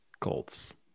Colts